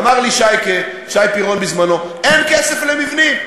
אמר לי שייקה, שי פירון, בזמנו: אין כסף למבנים.